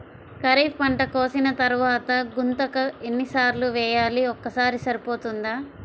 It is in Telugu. ఖరీఫ్ పంట కోసిన తరువాత గుంతక ఎన్ని సార్లు వేయాలి? ఒక్కసారి సరిపోతుందా?